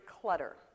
clutter